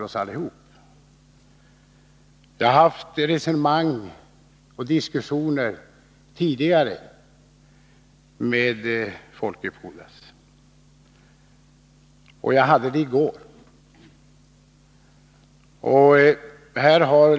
Jag har haft resonemang och diskussioner tidigare med Folke Pudas, och jag hade det i går.